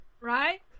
right